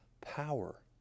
power